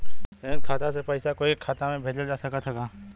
संयुक्त खाता से पयिसा कोई के खाता में भेजल जा सकत ह का?